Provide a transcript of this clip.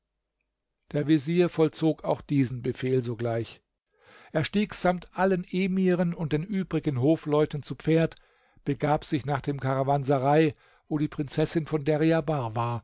der vezier vollzog auch diesen befehl sogleich er stieg samt allen emiren und den übrigen hofleuten zu pferd begab sich nach dem karawanserei wo die prinzessin von deryabar war